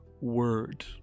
Word